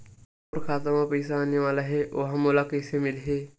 मोर खाता म पईसा आने वाला हे ओहा मोला कइसे मिलही?